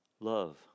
Love